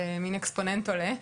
של מין אקספוננט עולה,